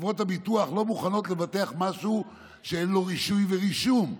חברות הביטוח לא מוכנות לבטח משהו שאין לו רישוי ורישום.